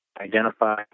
identify